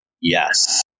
Yes